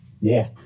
Walk